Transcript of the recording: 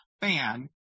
Fan